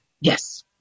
Yes